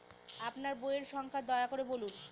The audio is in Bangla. আপনার বইয়ের সংখ্যা দয়া করে বলুন?